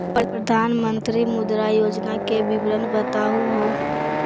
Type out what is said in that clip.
प्रधानमंत्री मुद्रा योजना के विवरण बताहु हो?